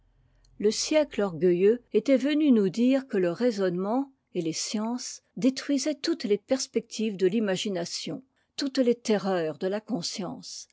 le siècle orgueilleux était venu nous dire que le raisonnement et les sciences détruisaient toutes les perspectives de l'imagination toutes les terreurs de la conscience